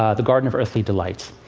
ah the garden of earthly delights.